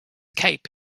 cape